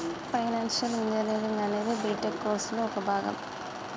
financial engineering అనేది BTech కోర్సులో ఒక భాగం